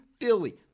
Philly